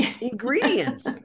ingredients